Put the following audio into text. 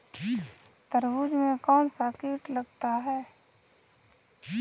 तरबूज में कौनसा कीट लगता है?